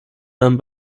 dann